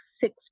six